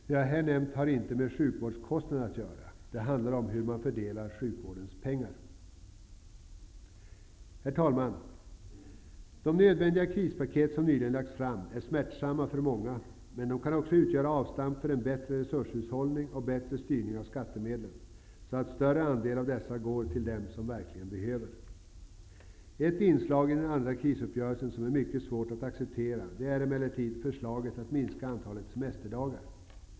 Det jag här nämnt har inte med sjukvårdskostnaden att göra, utan det handlar om hur man fördelar sjukvårdens pengar. Herr talman! De nödvändiga krispaket som nyligen lagts fram är smärtsamma för många. Men de kan också utgöra en avstamp för en bättre resurshushållning och en bättre styrning av skattemedlen, så att en större andel av dessa går till dem som verkligen behöver resurser. Ett inslag i den andra krisuppgörelsen som är mycket svårt att acceptera är emellertid förslaget om en minskning av antalet semesterdagar.